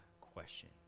question